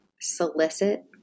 solicit